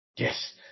Yes